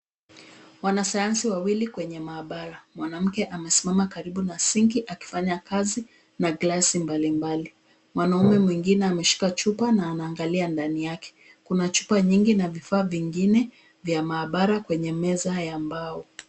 Wanasayansi wawili kwenye maabara. Mwanamke amesimama karibu na sinki akifanya kazi na gilasi mbalimbali. Mwanaume mwegine ameshika chupa na anaangalia ndani yake. Kuna chupa nyingi na vifaa vingine vya maabara kwenye meza ya mbao.